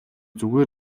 зүгээр